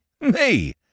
Me